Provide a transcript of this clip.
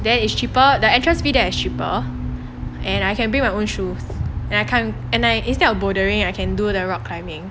then is cheaper the entrance fee there is cheaper and I can bring my own shoes and I can instead of bouldering I can do the rock climbing